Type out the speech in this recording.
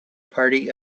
party